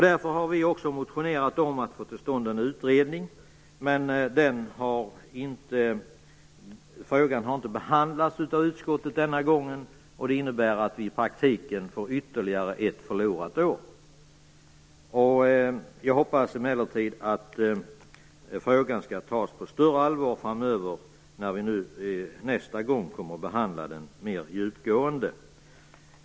Därför har vi också motionerat om att få till stånd en utredning, men frågan har inte behandlats av utskottet denna gång. Det innebär att vi i praktiken får ytterligare ett förlorat år. Jag hoppas emellertid att frågan skall tas på större allvar nästa gång vi behandlar den mer djupgående.